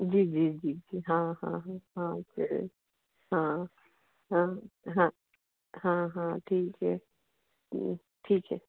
जी जी जी जी हाँ हाँ हाँ हाँ हाँ हाँ हाँ हाँ हाँ ठीक है ठीक है